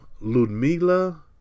Ludmila